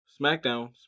SmackDown